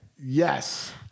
Yes